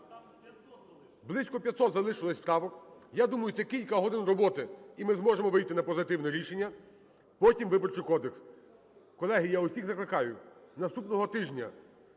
близько 500 залишилося правок. Я думаю, це кілька годин роботи, і ми зможемо вийти на позитивне рішення, потім - Виборчий кодекс. Колеги, я всіх закликаю наступного тижня